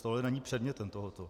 Tohle není předmětem tohoto.